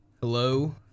Hello